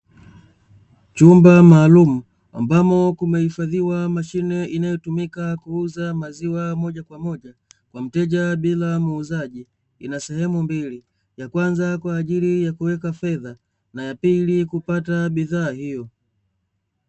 Chumba maalumu ambamo kumehifadhiwa mashine inayotumika kuuza maziwa moja kwa moja kwa mteja bila muuzaji, ina sehemu mbili ya kwanza kwa ajili ya kuweka fedha na ya pili kupata bidhaa hiyo.